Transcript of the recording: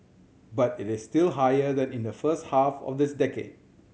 but it is still higher than in the first half of this decade